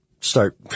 start